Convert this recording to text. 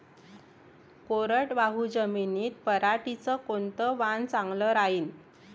कोरडवाहू जमीनीत पऱ्हाटीचं कोनतं वान चांगलं रायीन?